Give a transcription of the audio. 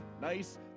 nice